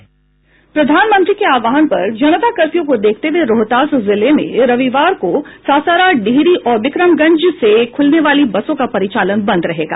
प्रधानमंत्री के आह्वान पर जनता कर्फ्यू को देखते हुए रोहतास जिले में रविवार को सासारा डिहरी और बिक्रमगंज से खुलने वाली बसों का परिचालन बंद रहेगा